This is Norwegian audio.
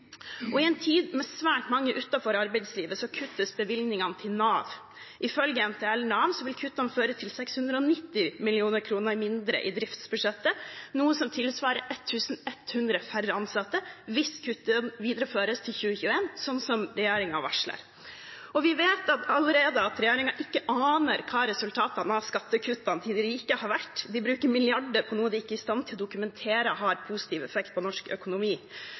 og ikke i byråkratiet. I en tid med svært mange utenfor arbeidslivet kuttes bevilgningene til Nav. Ifølge NTL Nav vil kuttene føre til 690 mill. kr mindre i driftsbudsjettet, noe som tilsvarer 1 100 færre ansatte hvis kuttene videreføres til 2021, som regjeringen varsler. Vi vet allerede at regjeringen ikke aner hva resultatene av skattekuttene til de rike har vært. De bruker milliarder til noe de ikke er i stand til å dokumentere har positiv effekt på norsk økonomi.